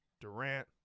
Durant